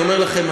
אני אומר לכם,